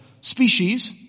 species